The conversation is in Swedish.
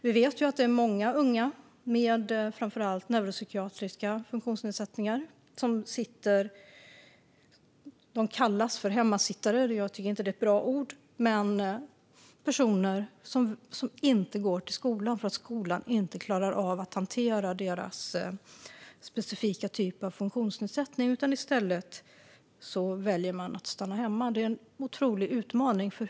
Vi vet att det är många unga med framför allt neuropsykiatriska funktionsnedsättningar som kallas för hemmasittare - jag tycker inte att det är ett bra ord. De går inte till skolan eftersom skolan inte klarar av att hantera deras specifika funktionsnedsättning. De väljer att stanna hemma. Det är en otrolig utmaning.